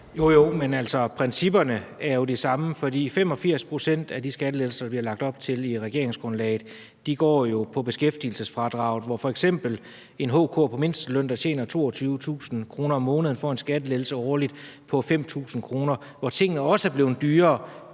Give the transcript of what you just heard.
(S): Men principperne er jo altså de samme, for 85 pct. af de skattelettelser, vi har lagt op til i regeringsgrundlaget, går jo på beskæftigelsesfradraget. F.eks. får en HK'er på mindsteløn, der tjener 22.000 kr. om måneden, en skattelettelse årligt på 5.000 kr. Tingene er også blevet dyrere